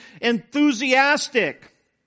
enthusiastic